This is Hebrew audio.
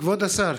כבוד השר,